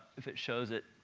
if it shows it.